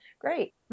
great